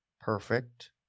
perfect